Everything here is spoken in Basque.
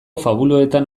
fabuletan